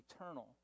eternal